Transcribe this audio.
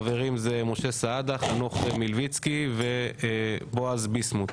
החברים זה משה סעדה, חנוך מלביצקי ובועז ביסמוט.